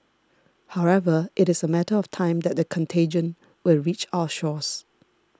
however it is a matter of time that the contagion will reach our shores